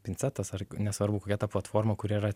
pincetas ar nesvarbu kokia ta platforma kur yra